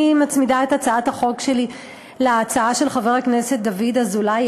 אני מצמידה את הצעת החוק שלי להצעה של חבר הכנסת דוד אזולאי,